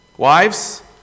Wives